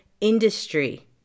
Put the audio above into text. industry